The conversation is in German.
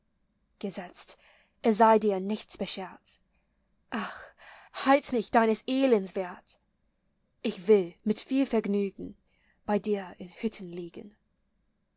gesetzt es sei dir nichts beschert ach halt mich deines elends wert ich will mit viel vergnügen bei dir in hütten liegen